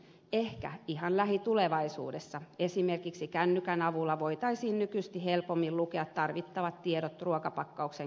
ehkä ihan lähitulevaisuudessa esimerkiksi kännykän avulla voitaisiin nykyistä helpommin lukea tarvittavat tiedot ruokapakkauksen kyljestä